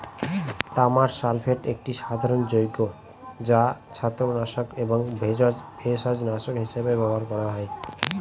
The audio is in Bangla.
তামার সালফেট একটি সাধারণ যৌগ যা ছত্রাকনাশক এবং ভেষজনাশক হিসাবে ব্যবহার করা হয়